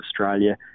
Australia